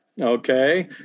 okay